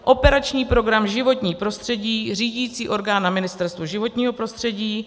Operační program Životní prostředí, řídicí orgán na Ministerstvu životního prostředí;